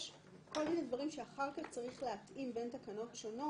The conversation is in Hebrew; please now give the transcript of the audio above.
יש כל מיני דברים שאחר כך צריך להתאים בין התקנות השונות,